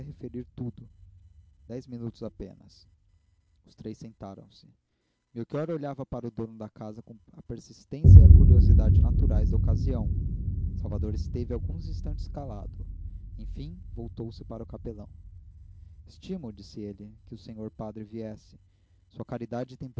referir tudo dez minutos apenas os três sentaram-se melchior olhava para o dono da casa com a persistência e a curiosidade naturais da ocasião salvador esteve alguns instantes calado enfim voltou-se para o capelão estimo disse ele que o sr padre viesse sua caridade